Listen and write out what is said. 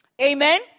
Amen